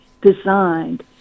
designed